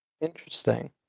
interesting